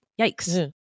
Yikes